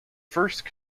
first